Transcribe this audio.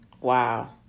Wow